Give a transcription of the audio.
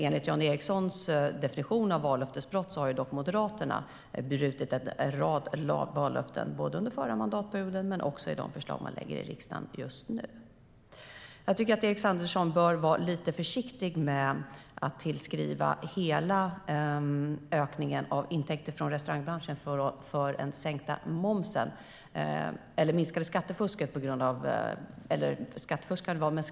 Enligt Jan Ericsons definition av vallöftesbrott har dock Moderaterna brutit en rad vallöften såväl under förra mandatperioden som i de förslag man nu lägger fram i riksdagen. Erik Andersson bör nog vara lite försiktig med att tillskriva enbart momssänkningen det minskade skattefelet inom restaurangbranschen.